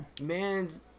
Man's